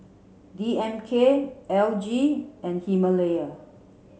D M K L G and Himalaya